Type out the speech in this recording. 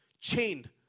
chained